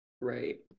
Right